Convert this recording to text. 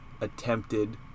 attempted